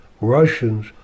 Russians